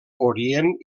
orient